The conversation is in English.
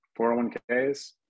401ks